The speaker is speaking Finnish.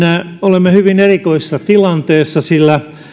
olemme hyvin erikoisessa tilanteessa sillä